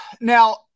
Now